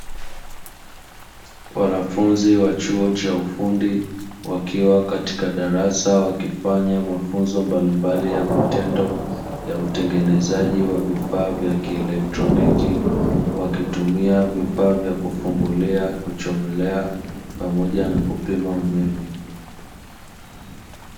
Wanafunzi wa chuo cha ufundi wakiwa katika darasa wakifanya mafunzo mbalimbali ya vitendo ya utengenezaji wa vifaa vya kielektroniki wakitumia vifaa vya kufungulia, kuchomelea, pamoja na kupima umeme.